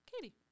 Katie